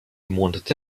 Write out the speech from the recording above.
monate